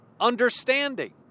understanding